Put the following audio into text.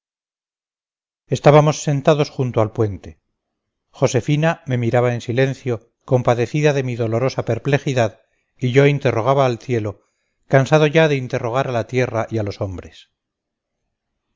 estábamos sentados junto al puente josefina me miraba en silencio compadecida de mi dolorosa perplejidad y yo interrogaba al cielo cansado ya de interrogar a la tierra y a los hombres